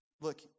look